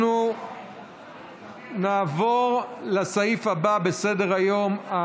אנחנו נעבור לסעיף הבא בסדר-היום.